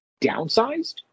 downsized